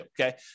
okay